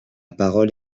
parole